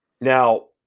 Now